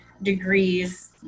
degrees